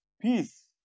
Peace